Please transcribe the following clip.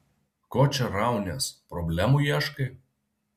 ko čia raunies problemų ieškai